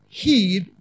heed